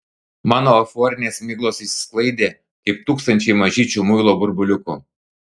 mano euforinės miglos išsisklaidė kaip tūkstančiai mažyčių muilo burbuliukų